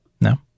No